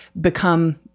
become